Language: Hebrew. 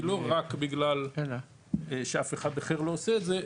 לא רק בגלל שאף אחד אחר לא עושה את זה,